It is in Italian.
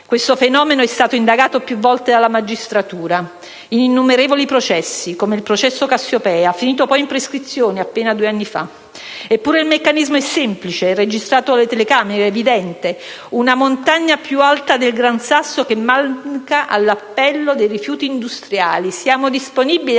Questo fenomeno è stato indagato più volte dalla magistratura in innumerevoli processi, come il processo «Cassiopea», finito in prescrizione appena due anni fa. Eppure il meccanismo è semplice, è registrato dalle telecamere ed è evidente: una montagna più alta del Gran Sasso che manca all'appello dei rifiuti industriali. Siamo disponibili